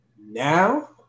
now